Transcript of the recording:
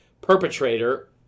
perpetrator